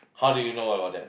how do you know about that